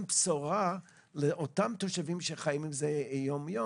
בשורה לאותם תושבים שחיים עם זה יום יום?